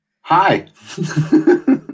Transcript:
Hi